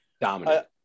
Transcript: dominant